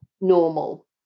normal